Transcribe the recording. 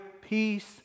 peace